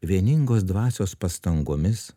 vieningos dvasios pastangomis